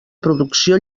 producció